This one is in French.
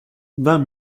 vingt